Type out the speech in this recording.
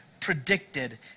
predicted